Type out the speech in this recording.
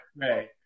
right